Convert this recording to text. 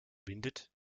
windet